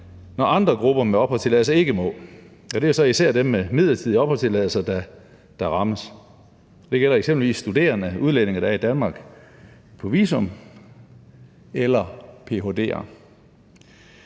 mens andre grupper med opholdstilladelse ikke må. Det er så især dem med midlertidig opholdstilladelse, der rammes. Det gælder eksempelvis studerende udlændinge, der er i Danmark på visum, eller ph.d.er.